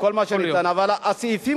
אבל הסעיפים,